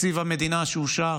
תקציב המדינה שאושר,